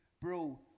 bro